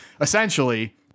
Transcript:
essentially